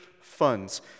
funds